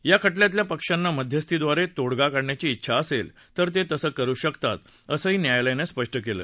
या खटल्यातल्या पक्षांना मध्यस्थीद्वारे तोडगा काढण्याची इच्छा असेल तर ते तसं करु शकतात असंही न्यायालयानं स्पष्ट केलं